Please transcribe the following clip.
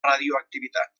radioactivitat